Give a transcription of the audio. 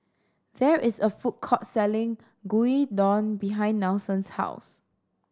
there is a food court selling Gyudon behind Nelson's house